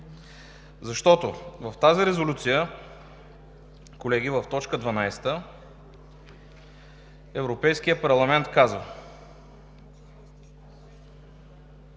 защото в тази резолюция, колеги, в т. 12 Европейският парламент казва: